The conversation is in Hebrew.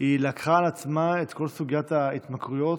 היא לקחה על עצמה את כל סוגיית ההתמכרויות.